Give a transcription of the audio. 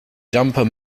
jumper